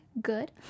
good